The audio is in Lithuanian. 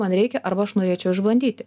man reikia arba aš norėčiau išbandyti